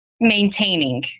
maintaining